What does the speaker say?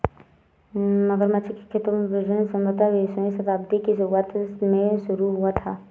मगरमच्छ के खेतों में प्रजनन संभवतः बीसवीं शताब्दी की शुरुआत में शुरू हुआ था